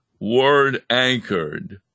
word-anchored